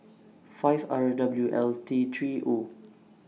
five R W L three O